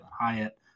Hyatt